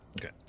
Okay